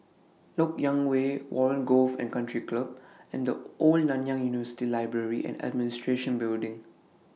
Lok Yang Way Warren Golf and Country Club and The Old Nanyang University Library and Administration Building